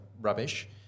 rubbish